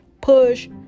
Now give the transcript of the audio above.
push